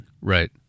Right